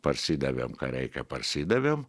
parsidavėm ką reikia parsidavėm